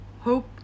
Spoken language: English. hope